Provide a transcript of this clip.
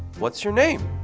what's your name?